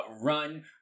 run